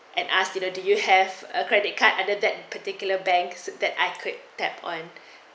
and ask you to do you have a credit card added that particular banks that I could tap on